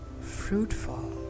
fruitful